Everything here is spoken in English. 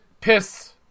piss